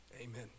Amen